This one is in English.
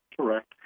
Correct